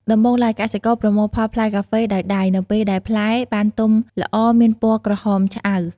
ដំបូងឡើយ កសិករប្រមូលផលផ្លែកាហ្វេដោយដៃ នៅពេលដែលផ្លែបានទុំល្អមានពណ៌ក្រហមឆ្អៅ។